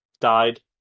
died